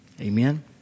Amen